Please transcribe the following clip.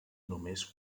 només